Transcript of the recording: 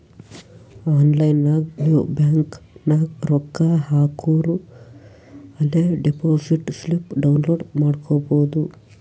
online ನಾಗ್ ನೀವ್ bank ನಾಗ್ ರೊಕ್ಕಾ ಹಾಕೂರ ಅಲೇ ಡೆಪೋಸಿಟ್ ಸ್ಲಿಪ್ ಡೌನ್ಲೋಡ್ ಮಾಡ್ಕೊಬೋದು